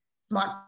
smart